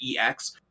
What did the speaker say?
EX